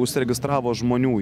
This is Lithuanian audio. užsiregistravo žmonių